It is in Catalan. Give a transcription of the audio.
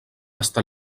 estar